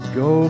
go